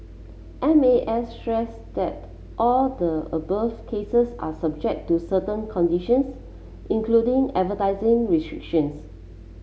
M A S stress that all of the above cases are subject to certain conditions including advertising restrictions